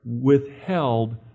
withheld